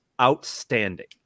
outstanding